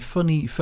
Funny